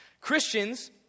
Christians